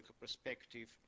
perspective